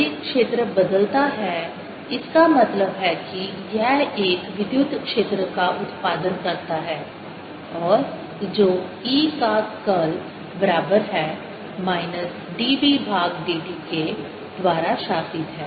यदि क्षेत्र बदलता है इसका मतलब है कि यह एक विद्युत क्षेत्र का उत्पादन करता है और जो E का कर्ल बराबर है माइनस dB भाग dt के द्वारा शासित है